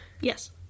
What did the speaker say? Yes